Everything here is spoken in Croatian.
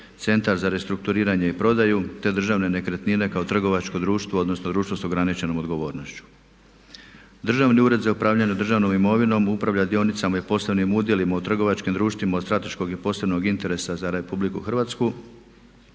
Centar za restrukturiranje i prodaju te Državne nekretnine kao trgovačko društvo odnosno društvo s ograničenom odgovornošću. Državni ured za upravljanje državnom imovinom upravlja dionicama i posebnim udjelima u trgovačkim društvima od strateškog i posebnog interesa za RH te